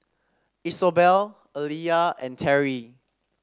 Isobel Alia and Teri